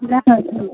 नहि